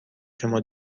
شما